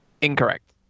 incorrect